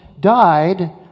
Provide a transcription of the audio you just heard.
died